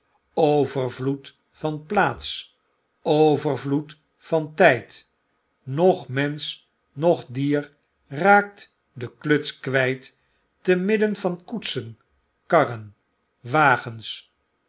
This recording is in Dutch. overvloed van plaats overvloed van tyd noch mensch noch did raakt de kluts kwjjt te midden van koetsen karren wagens